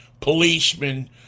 policemen